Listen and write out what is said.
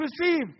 receive